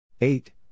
eight